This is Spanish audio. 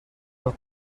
los